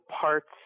parts